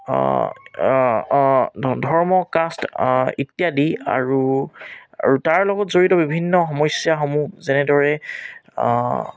ধৰ্ম কাষ্ট ইত্যাদি আৰু আৰু তাৰ গলত জড়িত বিভিন্ন সমস্যাসমূহ যেনেদৰে